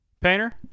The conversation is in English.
Painter